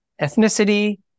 ethnicity